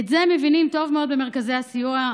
את זה מבינים טוב מאוד במרכזי הסיוע.